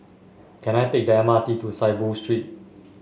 can I take the M R T to Saiboo Street